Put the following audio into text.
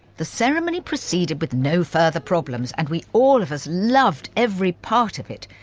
the ceremony proceeded with no further problems, and we all of us loved every part of it.